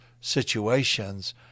situations